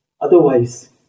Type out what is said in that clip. otherwise